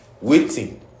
waiting